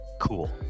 cool